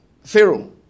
Pharaoh